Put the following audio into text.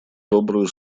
добрую